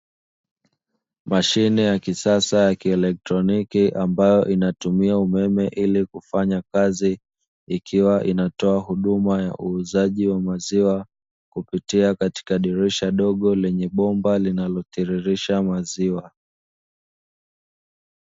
Mashine ya kisasa ya kielektroniki ambayo inatumia umeme ili kufanya kazi, ikiwa inatoa huduma ya uuzaji wa maziwa kupitia katika dirisha dogo lenye bomba linalotiririsha maziwa.